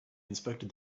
inspected